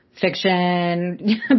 fiction